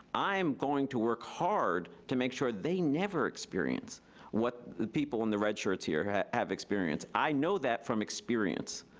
i am going to work hard to make sure they never experience what the people in the red shirts here have have experienced. i know that from experience,